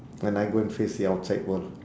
and I go and face the outside world